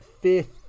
fifth